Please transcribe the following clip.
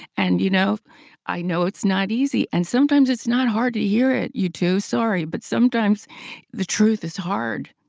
and you know i know it's not easy and sometimes it's not hard to hear it, you two. sorry, but sometimes the truth is hard.